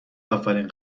اولین